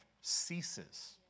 ceases